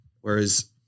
Whereas